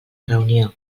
reunió